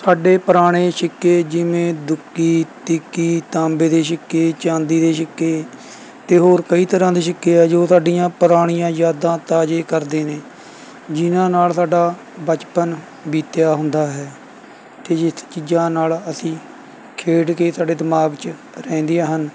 ਸਾਡੇ ਪੁਰਾਣੇ ਸਿੱਕੇ ਜਿਵੇਂ ਦੁੱਕੀ ਤਿੱਕੀ ਤਾਂਬੇ ਦੇ ਸਿੱਕੇ ਚਾਂਦੀ ਦੇ ਸਿੱਕੇ ਅਤੇ ਹੋਰ ਕਈ ਤਰ੍ਹਾਂ ਦੇ ਸਿੱਕੇ ਹੈ ਜੋ ਸਾਡੀਆਂ ਪੁਰਾਣੀਆਂ ਯਾਦਾਂ ਤਾਜ਼ੇ ਕਰਦੇੇ ਨੇ ਜਿਨ੍ਹਾਂ ਨਾਲ਼ ਸਾਡਾ ਬਚਪਨ ਬੀਤਿਆ ਹੁੰਦਾ ਹੈ ਅਤੇ ਜਿਸ ਚੀਜ਼ਾਂ ਨਾਲ਼ ਅਸੀਂ ਖੇਡ ਕੇ ਸਾਡੇ ਦਿਮਾਗ 'ਚ ਰਹਿੰਦੀਆਂ ਹਨ